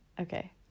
Okay